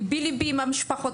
ליבי ליבי עם המשפחות,